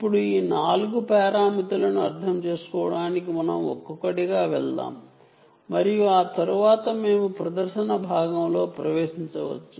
ఇప్పుడు ఈ 4 పారామితులను అర్థం చేసుకోవడానికి మనం ఒక్కొక్కటిగా వెళ్దాం మరియు ఆ తరువాత మేము ప్రదర్శన భాగానికి వెల్దాము